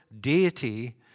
deity